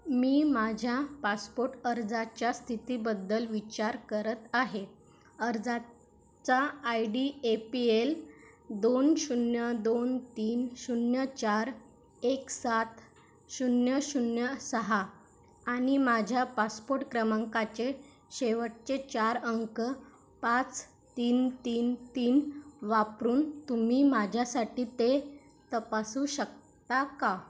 मी माझ्या पासपोट अर्जाच्या स्थितीबद्दल विचार करत आहे अर्जाचा I D A P L दोन शून्य दोन तीन शून्य चार एक सात शून्य शून्य सहा आणि माझ्या पासपोट क्रमांकाचे शेवटचे चार अंक पाच तीन तीन तीन वापरून तुम्ही माझ्यासाठी ते तपासू शकता का